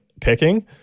picking